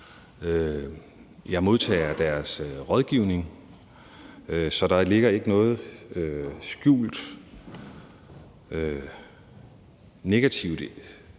Jeg modtager deres rådgivning, så der ligger ikke noget negativt